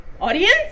Audience